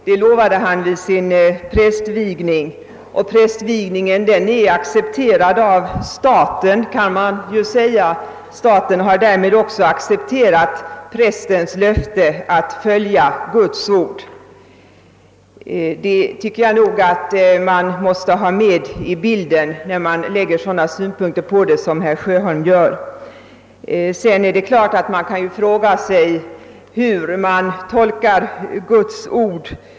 Det lovar han vid sin prästvigning, och prästvigningen är accepterad av staten. Staten har därmed också accepterat prästens löfte att följa Guds ord. Jag tycker att man måste ha dessa synpunkter med i bilden när man resonerar som herr Sjöholm gör.